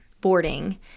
boarding